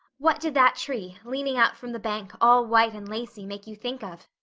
what did that tree, leaning out from the bank, all white and lacy, make you think of?